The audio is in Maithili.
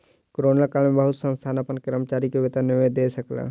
कोरोना काल में बहुत संस्थान अपन कर्मचारी के वेतन नै दय सकल